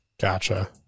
Gotcha